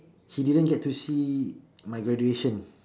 he didn't get to see my graduation